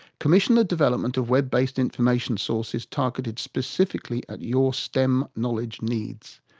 commission the development of web-based information sources targeted specifically at your stemm knowledge needs.